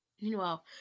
Meanwhile